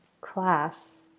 class